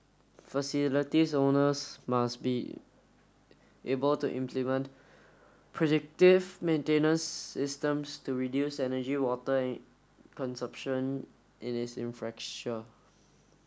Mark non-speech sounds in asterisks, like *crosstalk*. facilities owners must be able to implement predictive maintenance systems to reduce energy water *unintelligible* consumption in its *unintelligible*